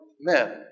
men